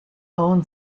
own